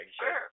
Sure